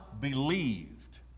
believed